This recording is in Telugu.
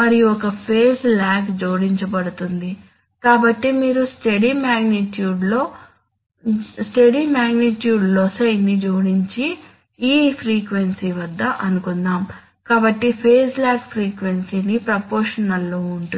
మరియు ఒక ఫేజ్ లాగ్ జోడించబడుతుంది కాబట్టి మీరు స్టడీ మాగ్నిట్యూడ్ లోసై ని జోడించి ఈ ఫ్రీక్వెన్సీ వద్ద అనుకుందాం కాబట్టి ఫేజ్ లాగ్ ఫ్రీక్వెన్సీకి ప్రపోర్షనల్ లో ఉంటుంది